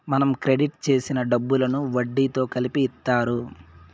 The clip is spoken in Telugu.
మనం క్రెడిట్ చేసిన డబ్బులను వడ్డీతో కలిపి ఇత్తారు